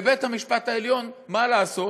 ובית-המשפט העליון, מה לעשות,